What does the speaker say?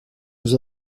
nous